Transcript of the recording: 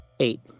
Eight